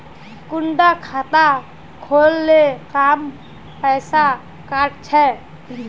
कुंडा खाता खोल ले कम पैसा काट छे?